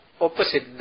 opposite